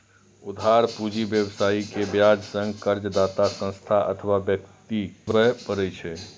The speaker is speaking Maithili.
उधार पूंजी व्यवसायी कें ब्याज संग कर्जदाता संस्था अथवा व्यक्ति कें घुरबय पड़ै छै